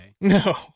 No